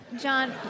John